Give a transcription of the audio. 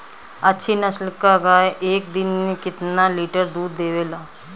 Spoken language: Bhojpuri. अच्छी नस्ल क गाय एक दिन में केतना लीटर दूध देवे ला?